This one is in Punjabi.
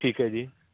ਠੀਕ ਹੈ ਜੀ